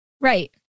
Right